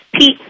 Pete